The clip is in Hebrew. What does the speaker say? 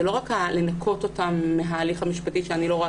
זה לא רק לנקות אותם מההליך המשפטי ואני לא רואה